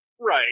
Right